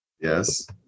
Yes